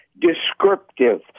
descriptive